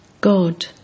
God